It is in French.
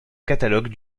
catalogue